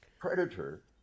predator